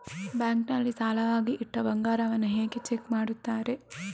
Bank ನಲ್ಲಿ ಸಾಲವಾಗಿ ಇಟ್ಟ ಬಂಗಾರವನ್ನು ಹೇಗೆ ಚೆಕ್ ಮಾಡುತ್ತಾರೆ?